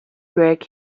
greg